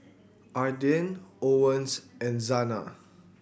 Ardith Owens and Zana